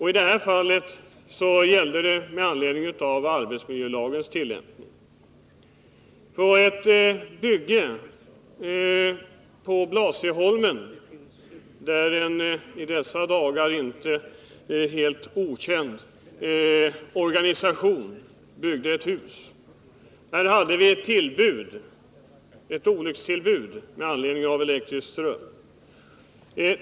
I detta fall gällde det arbetsmiljölagens tillämpning. På Blasieholmen, där en i dessa dagar inte helt okänd organisation byggde ett hus, hade vi ett olyckstillbud som berodde på elektrisk ström.